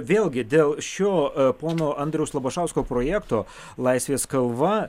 vėlgi dėl šio pono andriaus labašausko projekto laisvės kalva